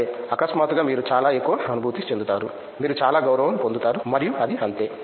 సరే అకస్మాత్తుగా మీరు చాలా ఎక్కువ అనుభూతి చెందుతారు మీరు చాలా గౌరవం పొందారు మరియు అది అంతే